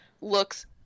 looks